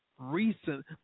recent